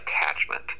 attachment